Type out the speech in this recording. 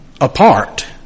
apart